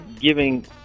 giving